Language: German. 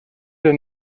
der